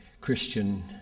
Christian